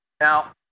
Now